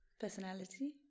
Personality